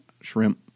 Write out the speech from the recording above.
shrimp